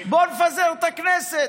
בוא נפזר את הכנסת.